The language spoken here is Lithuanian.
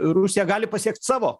rusija gali pasiekt savo